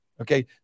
okay